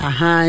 Aha